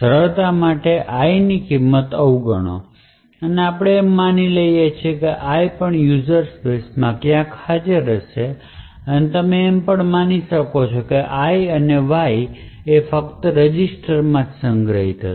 સરળતા માટે I ની કિંમત અવગણો અને આપણે એમ માની લઈએ કે I પણ યુઝર સ્પેસમાં ક્યાંક હાજર છે અથવા તમે એમ પણ માની શકો છો કે I અને Y ફક્ત રજિસ્ટરમાં સંગ્રહિત થશે